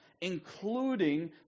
including